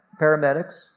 paramedics